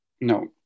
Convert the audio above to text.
No